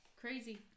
Crazy